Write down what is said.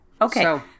Okay